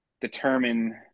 determine